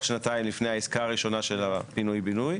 שנתיים לפני העסקה הראשונה של הפינוי-בינוי.